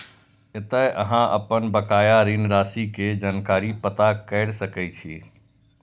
एतय अहां अपन बकाया ऋण राशि के जानकारी पता कैर सकै छी